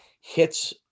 Hits